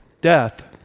death